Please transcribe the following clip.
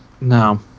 no